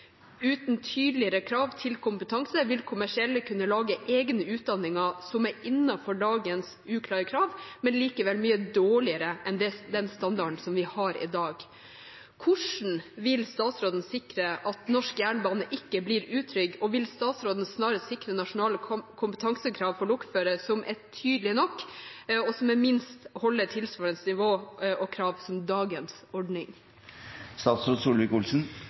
Uten tydeligere krav til kompetanse vil kommersielle kunne lage egne utdanninger som er innenfor dagens uklare krav, men likevel mye dårligere enn den standarden som vi har i dag. Hvordan vil statsråden sikre at norsk jernbane ikke blir utrygg, og vil statsråden snarest sikre nasjonale kompetansekrav for lokførere som er tydelige nok, og som minst holder tilsvarende nivå og krav som i dagens ordning?